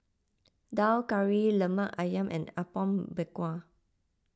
Daal Kari Lemak Ayam and Apom Berkuah